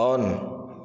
on